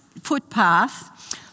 footpath